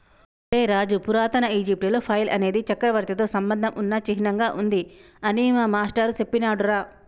ఒరై రాజు పురాతన ఈజిప్టులో ఫైల్ అనేది చక్రవర్తితో సంబంధం ఉన్న చిహ్నంగా ఉంది అని మా మాష్టారు సెప్పినాడురా